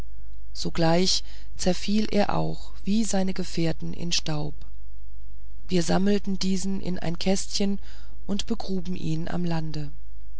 sogleich zerfiel er auch wie seine gefährten in staub wir sammelten diesen in ein kästchen und begruben ihn am lande